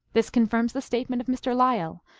this confirms the statement of mr. lyell,